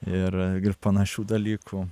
ir ir panašių dalykų